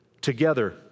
together